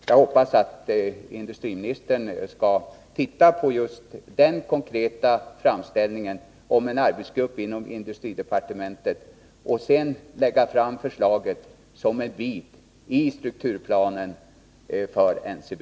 Jag hoppas att industriministern först skall se på den konkreta framställningen om en arbetsgrupp inom industridepartementet och sedan lägga fram förslaget som en bit i strukturplanen för NCB.